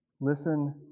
Listen